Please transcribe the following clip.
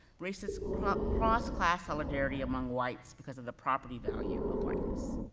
racist cross-class solidarity among whites because of the property value of whiteness.